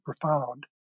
profound